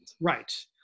Right